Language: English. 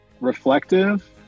reflective